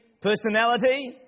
personality